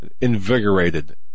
invigorated